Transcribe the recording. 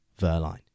Verline